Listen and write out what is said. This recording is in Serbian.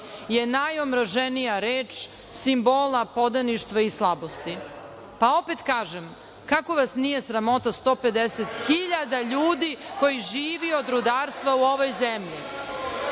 je najomraženija reč simbola podaništva i slabosti. Opet kažem - kako vas nije sramota 150 hiljada ljudi koji žive od rudarstva u ovoj zemlji? Sa